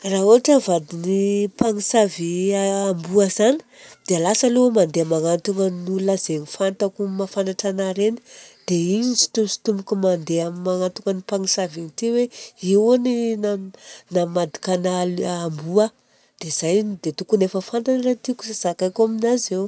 Raha ohatra havadin'ny mpamosavy amboa zany dia lasa aloha mandeha magnatogna ny olona zegny fantako mahafantra anahy ireny dia igny sintosintomiko mandeha magnatogna ny mpamosavy igny. Ty hoe io ny namadika anahy amboa. Dia izay! Dia tokony efa fantany raha tiako zakaina aminazy eo.